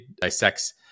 dissects